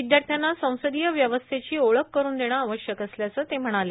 विद्याथ्याना संसदोय व्यवस्थेची ओळख करुन देणं आवश्यक असल्याचं ते म्हणाले